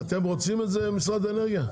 אתם רוצים את זה, משרד האנרגיה?